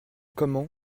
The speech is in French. comment